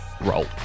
roll